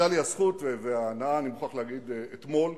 היו לי הזכות וההנאה, אני מוכרח להגיד, אתמול,